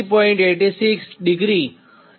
86° ampere છે